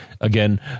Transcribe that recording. again